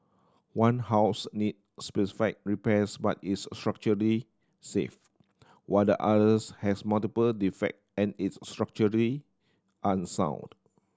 one house needs specific repairs but is structurally safe while the others has multiple defect and is unsound